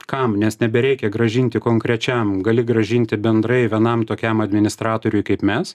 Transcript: kam nes nebereikia grąžinti konkrečiam gali grąžinti bendrai vienam tokiam administratoriui kaip mes